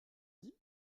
dit